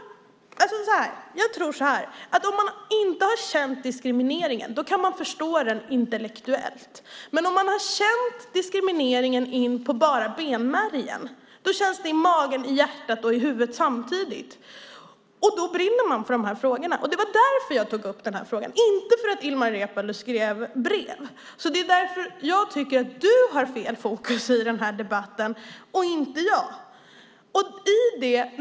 Jag tror att även om man inte känt diskrimineringen kan man ändå förstå den rent intellektuellt, men om man känt diskrimineringen in på bara skinnet, så att den känns i magen, hjärtat och huvudet samtidigt, då brinner man för dessa frågor. Det var därför jag tog upp det, inte för att Ilmar Reepalu skrev brev. Jag tycker att du har fel fokus i debatten, inte jag.